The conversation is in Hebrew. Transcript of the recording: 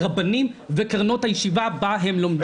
רבנים וקרנות הישיבה בה הם לומדים.